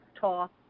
Talk